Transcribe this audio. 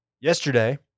Yesterday